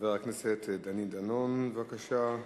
חבר הכנסת דני דנון, בבקשה.